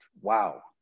wow